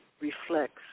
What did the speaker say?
reflects